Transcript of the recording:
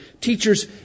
Teachers